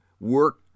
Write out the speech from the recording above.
work